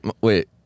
wait